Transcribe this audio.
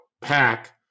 pack